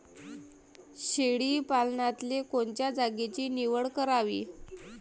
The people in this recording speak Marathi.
शेळी पालनाले कोनच्या जागेची निवड करावी?